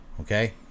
Okay